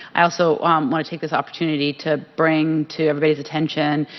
i also want to take this opportunity to bring to raise attention